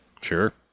Sure